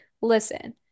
listen